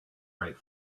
right